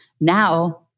Now